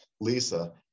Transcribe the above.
Lisa